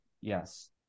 yes